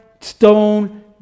stone